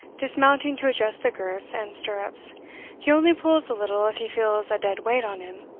dismounting to adjust the girths and stirrups he only pulls a little if he feels a dead weight on him.